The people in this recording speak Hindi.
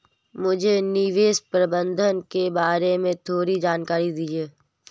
मुझे निवेश प्रबंधन के बारे में थोड़ी जानकारी दीजिए